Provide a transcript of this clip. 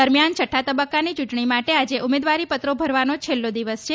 દરમિયાન છઠ્ઠા તબક્કાની ચૂંટણી માટે આજે ઉમેદવારીપત્રો ભરવાનો છેલ્લો દિવસ છે